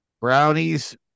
Brownies